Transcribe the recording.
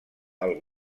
als